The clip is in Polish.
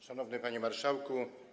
Szanowny Panie Marszałku!